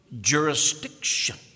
jurisdiction